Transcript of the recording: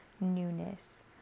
newness